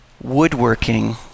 Woodworking